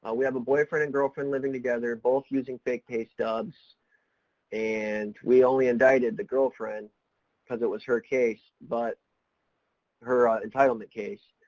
ah we have a boyfriend and girlfriend living together, both using fake pay stubs and we only indicted the girlfriend because it was her case, but her entitlement case,